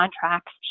contracts